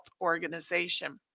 Organization